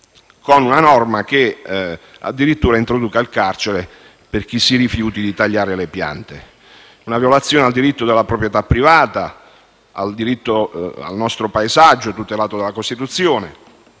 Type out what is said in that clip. con una norma che addirittura introduce il carcere per chi si rifiuta di tagliare le piante; una violazione al diritto della proprietà privata e al nostro paesaggio che è tutelato dalla Costituzione.